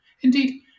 Indeed